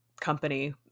company